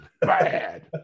bad